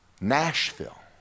Nashville